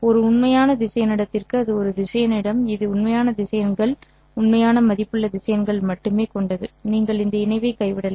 ஒரு உண்மையான திசையன் இடத்திற்கு அது ஒரு திசையன் இடம் இது உண்மையான திசையன்கள் உண்மையான மதிப்புள்ள திசையன்கள் மட்டுமே கொண்டது நீங்கள் இந்த இணைவை கைவிடலாம்